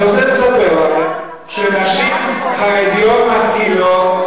אני רוצה לספר לך שנשים חרדיות משכילות,